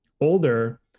older